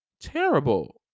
terrible